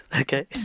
Okay